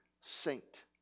saint